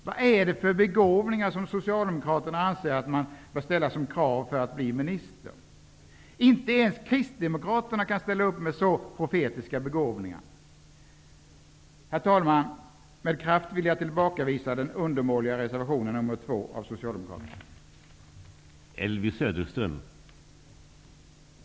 Vilka begåvningar anser Socialdemokraterna att man skall ställa såsom krav på en blivande minister? Inte ens Kristdemokraterna kan ställa upp med så profetiska begåvningar. Herr talman! Jag vill med kraft tillbakavisa den undermåliga socialdemokratiska reservationen nr